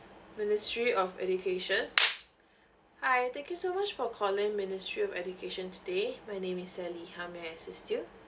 ministry of education hi thank you so much for calling ministry of education today my name is sally how may I assist you